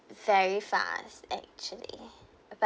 very fast actually uh b~